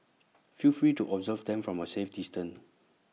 feel free to observe them from A safe distance